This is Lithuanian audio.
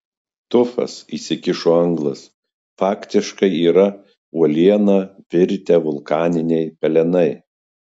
tufas įsikišo anglas faktiškai yra uoliena virtę vulkaniniai pelenai